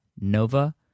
Nova